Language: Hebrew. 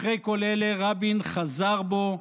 אחרי כל אלה רבין חזר בו,